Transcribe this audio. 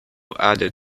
added